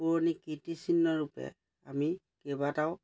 পুৰণি কীৰ্তিচিহ্নৰূপে আমি কেইবাটাও